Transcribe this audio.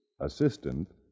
assistant